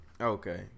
Okay